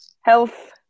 health